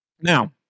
Now